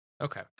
okay